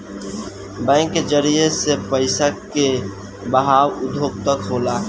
bank के जरिए से पइसा के बहाव उद्योग तक होला